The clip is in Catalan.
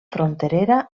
fronterera